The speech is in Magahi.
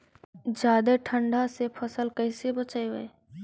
जादे ठंडा से फसल कैसे बचइबै?